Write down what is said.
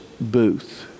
booth